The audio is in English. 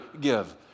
give